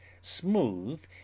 smooth